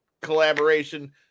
collaboration